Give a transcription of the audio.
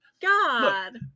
god